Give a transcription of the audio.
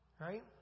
right